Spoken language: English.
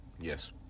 Yes